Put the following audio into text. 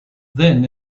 then